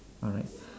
alright